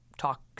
Talk